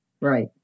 Right